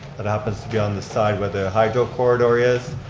that happens to be on the side where the hydro corridor is,